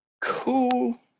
Cool